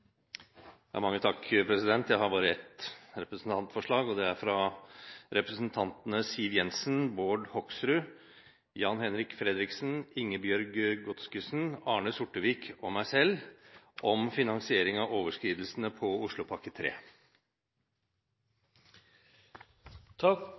Jeg har bare ett representantforslag, og det er fra representantene Siv Jensen, Bård Hoksrud, Jan-Henrik Fredriksen, Ingebjørg Godskesen, Arne Sortevik og meg selv om finansiering av overskridelsene på Oslopakke